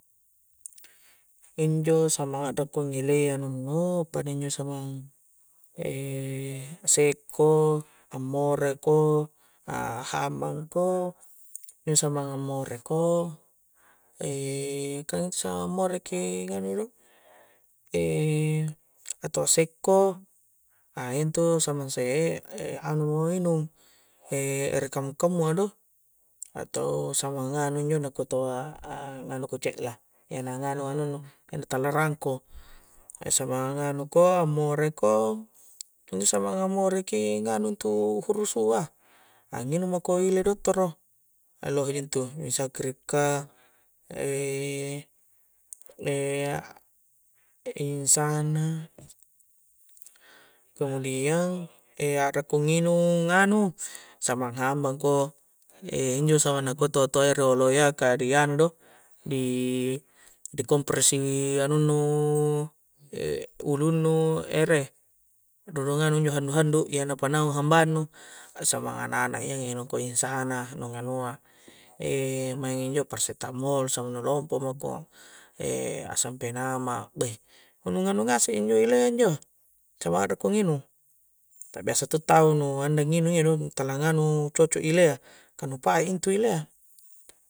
Injo sammang akrakko ngilei anunnu pada injo samang sekko, ammore ko a hambang ko iyanjo samang ammore ko kang samang ammoreki nganu do atau sekko iyantu samang se' anu mo inung ere kammu-kammu a do atau samang nganu injo nakukau taua a nganu ko cekla iyana nganu anunnu iyana tala rangko samang a nganu ko ammore ko injo samang ammore ki nganu intu hurusua anginung mako ile dottoro lohe ji intu mixagrip ka inzana kemudiang akrakko nginung anu samang hambangko injo samang nakua toto iya riolo iya ka di anu do di kompres i anunnu ulunnu ere rurung anu injo handu-handu iyana panaung hambang nu samang anak-anak iya nginung ko inzana nu nganua main injo paracetamol samang nu lompo mako, asam fenamat beih nu-nu nagnu ngasek injo ilea injo samang arakko nginung tapi biasa to tau nu anda nginung iya do nu tala nganu cocok ilea ka u pait intu ilea